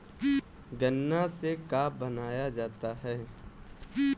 गान्ना से का बनाया जाता है?